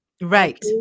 Right